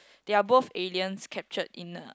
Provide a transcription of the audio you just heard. they are both aliens captured in a